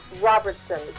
Robertson